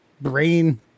brain